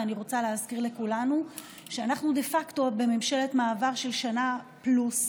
ואני רוצה להזכיר לכולנו שאנחנו דה פקטו בממשלת מעבר של שנה פלוס.